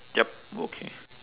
yup okay